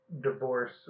divorce